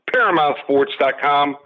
ParamountSports.com